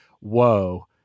whoa